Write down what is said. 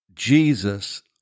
Jesus